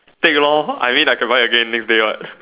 take a long I mean I can buy again next day what